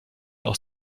aus